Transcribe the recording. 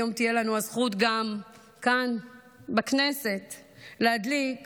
היום תהיה לנו הזכות גם כאן בכנסת להדליק